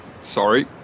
Sorry